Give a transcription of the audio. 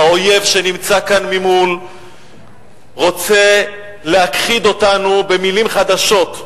האויב שנמצא כאן ממול רוצה להכחיד אותנו במלים חדשות,